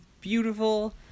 beautiful